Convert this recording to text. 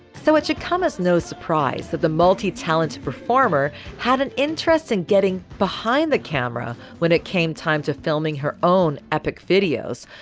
so it should come as no surprise that the multi-talented performer had an interest in getting behind the camera when it came time to filming her own epic videos,